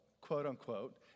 quote-unquote